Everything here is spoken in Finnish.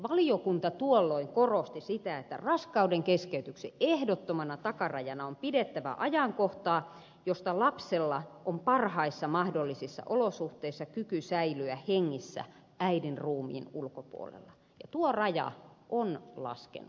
valiokunta tuolloin korosti sitä että raskauden keskeytyksen ehdottomana takarajana on pidettävä ajankohtaa josta lapsella on parhaissa mahdollisissa olosuhteissa kyky säilyä hengissä äidin ruumiin ulkopuolella ja tuo raja on laskenut